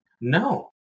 No